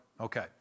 Okay